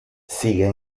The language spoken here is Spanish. sigue